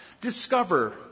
Discover